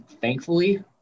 thankfully